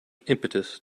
impetus